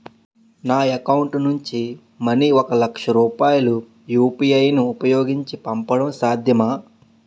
నా అకౌంట్ నుంచి మనీ ఒక లక్ష రూపాయలు యు.పి.ఐ ను ఉపయోగించి పంపడం సాధ్యమా?